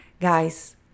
Guys